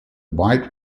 wide